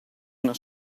una